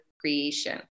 creation